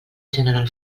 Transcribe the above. general